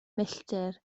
milltir